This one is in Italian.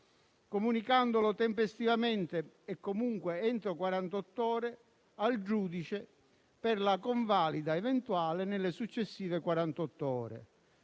comunicandolo tempestivamente e, comunque, entro quarantotto ore al giudice per la convalida eventuale nelle successive